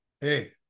hey